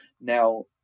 Now